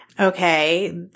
okay